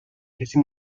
کسی